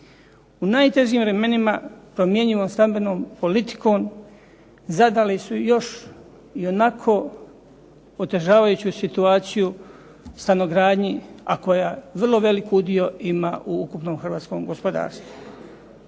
U najtežim vremenima promjenjivom stambenom politikom zadali su još ionako otežavajuću situaciju stanogradnji, a koja vrlo velik udio ima u ukupnom hrvatskom gospodarstvu.